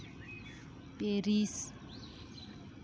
Paris